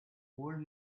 old